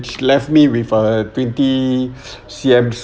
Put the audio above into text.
left me with a twenty C_M